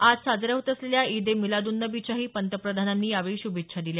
आज साजऱ्या होत असलेल्या ईद ए मिलादन्नबीच्याही पंतप्रधानांनी यावेळी श्भेच्छा दिल्या